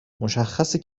مشخصه